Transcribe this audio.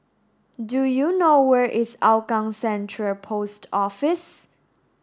do you know where is Hougang Central Post Office